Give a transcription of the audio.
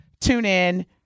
TuneIn